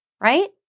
right